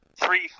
three